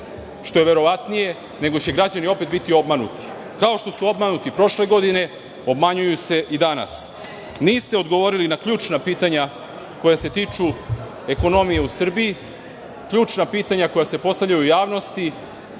što je verovatnije i građani će opet biti obmanuti? Kao što su obmanuti prošle godine, obmanjuju se i danas. Niste odgovorili na ključna pitanja koja se tiču ekonomije u Srbiji, ključna pitanja koja se postavljaju u javnosti